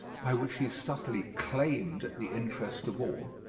by which he subtly claimed the interest of all,